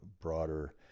broader